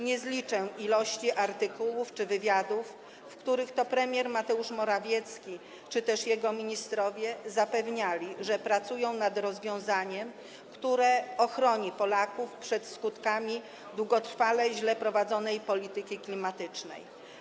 Nie zliczę ilości artykułów czy wywiadów, w których to premier Mateusz Morawiecki czy też jego ministrowie zapewniali, że pracują nad rozwiązaniem, które ochroni Polaków przed skutkami długotrwale źle prowadzonej polityki klimatycznej.